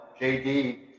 JD